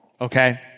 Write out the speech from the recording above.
Okay